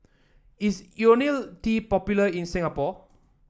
is IoniL T popular in Singapore